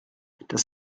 das